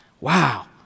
wow